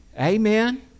Amen